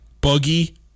buggy